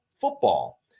football